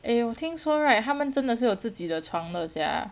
eh 我听说 right 他们真的是有自己的床的 sia